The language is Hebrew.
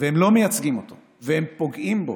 והם לא מייצגים אותו, והם פוגעים בו.